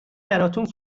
براتون